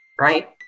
Right